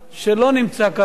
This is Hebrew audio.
שלא נמצא כרגע.